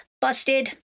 busted